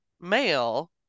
male